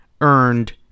earned